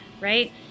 right